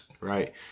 Right